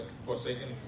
forsaken